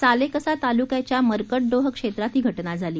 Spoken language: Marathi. सालेकसा तालुक्याच्या मरकतडोह क्षेत्रात ही घटना झाली